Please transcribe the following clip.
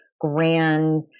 grand